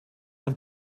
und